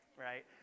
right